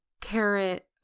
Carrot